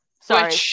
Sorry